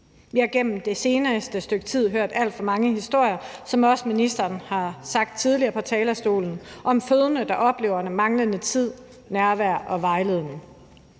Vi har igennem det seneste stykke tid hørt alt for mange historier – hvilket ministeren også sagde tidligere på talerstolen – om fødende, der oplever manglende tid, nærvær og vejledning.